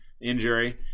injury